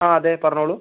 ആ അതെ പറഞ്ഞോളൂ